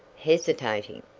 hesitating.